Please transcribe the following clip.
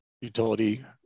utility